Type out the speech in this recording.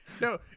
No